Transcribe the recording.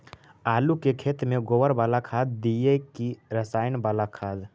आलू के खेत में गोबर बाला खाद दियै की रसायन बाला खाद?